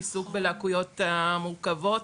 עיסוק בלקויות המורכבות.